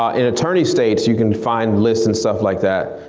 ah in attorney states you can find lists and stuff like that,